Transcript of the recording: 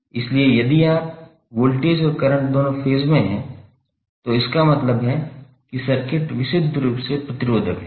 इसलिए यदि वोल्टेज और करंट दोनों फेज़ में हैं तो इसका मतलब है कि सर्किट विशुद्ध रूप से प्रतिरोधक है